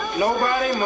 nobody moves.